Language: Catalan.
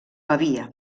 pavia